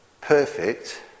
perfect